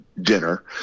dinner